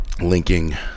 linking